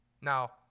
Now